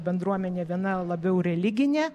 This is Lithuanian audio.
bendruomenė viena labiau religinė